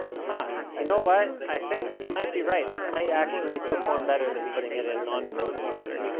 huh, you know what, i think you might be right, this might actually perform better than putting it in non frozen water.